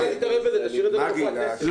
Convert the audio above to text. נשאיר את זה לרופא הכנסת.